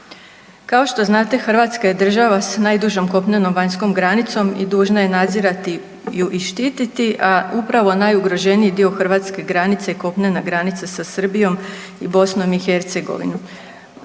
Kao što znate Hrvatska je država s najdužom kopnenom vanjskom granicom i dužna je nadzirati ju i štiti, a upravo najugroženiji dio hrvatske granice je kopnena granica sa Srbijom i BiH. Cijenjene